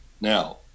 now